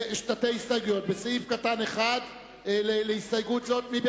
הסתייגות של קבוצת מרצ וקבוצת הארבעה,